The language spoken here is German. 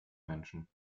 menschen